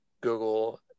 Google